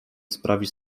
sprawić